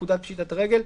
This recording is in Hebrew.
פקודת פשיטת הרגל,